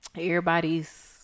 Everybody's